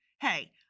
Hey